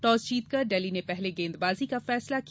toss जीतकर डेल्ही ने पहले गेंदबाजी का फैसला किया